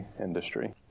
industry